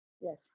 Yes